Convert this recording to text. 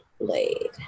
blade